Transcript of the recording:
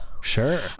Sure